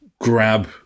grab